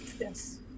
yes